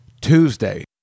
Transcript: tuesday